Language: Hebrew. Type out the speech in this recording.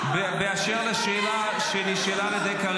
אם זה היה תלוי בך, הן היו היום קמות בעזה.